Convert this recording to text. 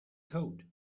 code